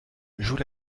joue